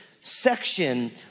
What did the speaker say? section